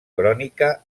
crònica